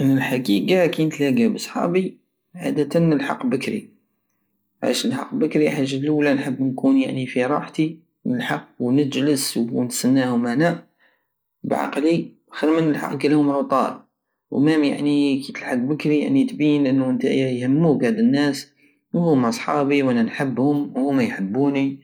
انا الحقيقة كي نتلاقى بصحابي عادتا نلحق بكري علاش نلحق بكري حاجة اللولى نحب نكون في راحتي نلحق ونجلس ونسناهم انا بعقلي خير من نلحقلهم روتار ومام يعني كي تلحق بكري يعني تبين نتايا يهموك هاد الناس وهوما صحابي ونحبهم ويحبوني